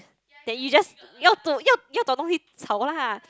then you just 要找要找东西吵 lah